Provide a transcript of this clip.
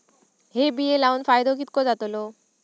हे बिये लाऊन फायदो कितको जातलो?